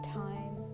time